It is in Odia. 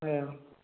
ହେଅ